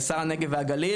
שר הנגב והגליל,